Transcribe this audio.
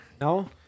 No